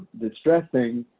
distressing,